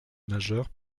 majeures